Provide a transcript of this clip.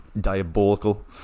diabolical